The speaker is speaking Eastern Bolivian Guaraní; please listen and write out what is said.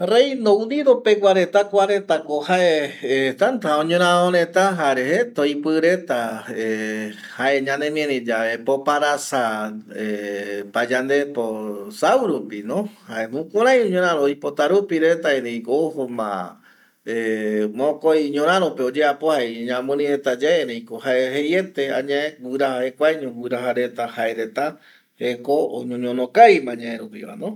Reino Unido pegua reta kua retako jae täta oñoraro reta jare jeta oipireta jae ñanemiari yae poparasa payandepo saurupino jae jokurai oipota rupi reta ereiko ojoma mokoi ñorarope oyeapo jare iñamiri retayae ereiko jeiete añae guiraja jae guiraja reta jaereta jeko oñeñono kavimayau rupivano